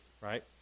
right